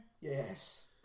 Yes